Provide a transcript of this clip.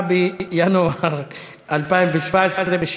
9 בינואר 2017,